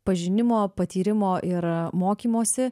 pažinimo patyrimo ir mokymosi